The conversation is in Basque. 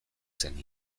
zen